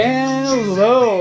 Hello